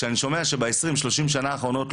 כשאני שומע שב-20 עד 30 שנים האחרונות,